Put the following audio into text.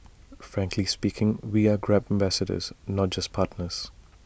frankly speaking we are grab ambassadors not just partners